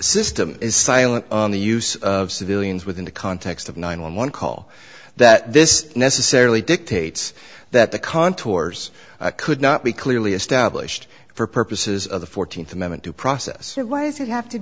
system is silent on the use of civilians within the context of nine one one call that this necessarily dictates that the contours could not be clearly established for purposes of the fourteenth amendment due process why is it have to